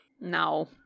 no